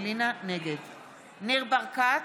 קרן ברק,